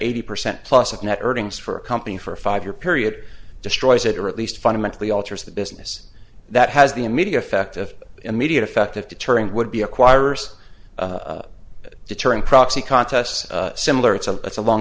eighty percent plus of net earnings for a company for a five year period destroys it or at least fundamentally alters the business that has the immediate effect of immediate effect of deterring would be acquirers deterring proxy contests similar it's a it's a long